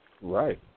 Right